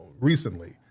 recently